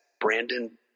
Brandon